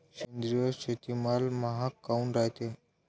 सेंद्रिय शेतीमाल महाग काऊन रायते?